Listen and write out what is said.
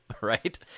right